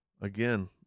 again